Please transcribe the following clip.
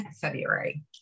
February